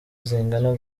zingana